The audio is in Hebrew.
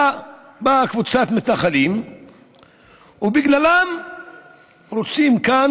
באה קבוצת מתנחלים ובגללם רוצים כאן,